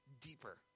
deeper